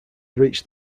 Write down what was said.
reached